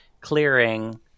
clearing